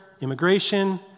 immigration